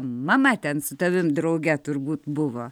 mama ten su tavimi drauge turbūt buvo